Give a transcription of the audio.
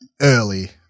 early